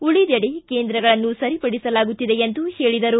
ಉಳಿದೆಡೆ ಕೇಂದ್ರಗಳನ್ನು ಸರಿಪಡಿಸಲಾಗುತ್ತಿದೆ ಎಂದು ಹೇಳಿದರು